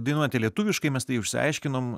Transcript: dainuohate lietuviškai mes tai jau išsiaiškinom